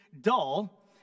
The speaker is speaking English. dull